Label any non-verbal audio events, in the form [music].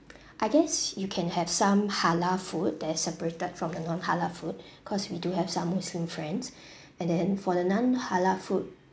I guess you can have some halal food that is separated from the non halal food cause we do have some muslim friends [breath] and then for the non halal food